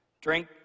Drink